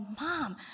Mom